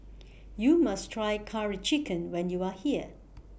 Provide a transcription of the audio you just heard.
YOU must Try Curry Chicken when YOU Are here